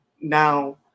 now